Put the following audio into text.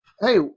hey